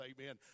Amen